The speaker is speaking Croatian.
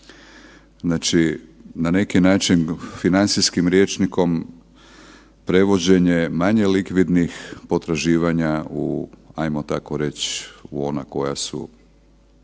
znači na neki način financijskim rječnikom prevođenje manje likvidnih potraživanja u ajmo tako